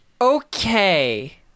Okay